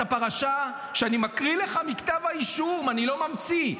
הפרשה, ואני מקריא לך מכתב האישום, אני לא ממציא.